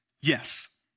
Yes